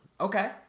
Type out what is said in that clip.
Okay